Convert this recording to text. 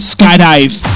Skydive